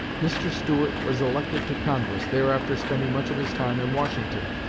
mr. stuart was elected to congress, thereafter spending much of his time in washington.